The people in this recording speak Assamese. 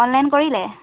অনলাইন কৰিলে